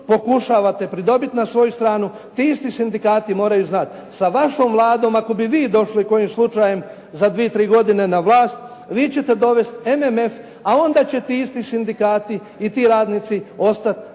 pokušavate pridobiti na svoju stranu ti isti sindikati moraju znati, sa vašom Vladom ako bi vi došli kojim slučajem za dvije, tri godine na vlast vi ćete dovesti MMF a onda će ti isti sindikati i ti radnici ostati